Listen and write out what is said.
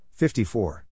54